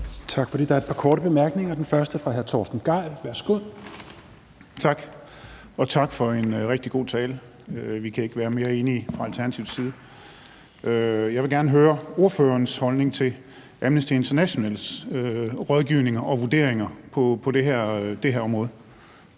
det. Der er et par korte bemærkninger, og den første er fra hr. Torsten Gejl. Værsgo. Kl. 10:56 Torsten Gejl (ALT): Tak. Og tak for en rigtig god tale. Vi kan ikke være mere enige fra Alternativets side. Jeg vil gerne høre ordførerens holdning til Amnesty Internationals rådgivning og vurderinger på det her område.